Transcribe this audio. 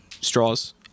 straws